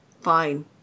Fine